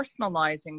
personalizing